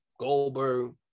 Goldberg